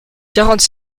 quarante